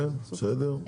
בסדר.